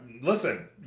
listen